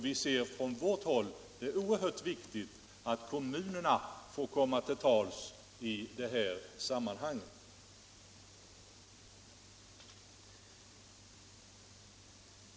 Vi ser det från vårt håll som oerhört viktigt att kommunerna får komma till tals i det här sammanhanget.